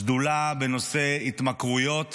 שדולה בנושא התמכרויות